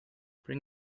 bring